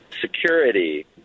security